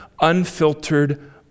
unfiltered